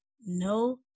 No